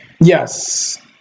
Yes